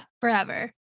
forever